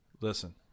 listen